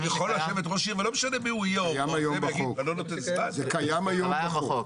זה קיים היום בחוק,